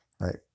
right